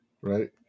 right